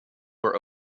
were